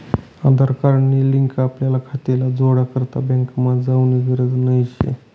आधार card नी link आपला खाताले जोडा करता बँकमा जावानी गरज नही शे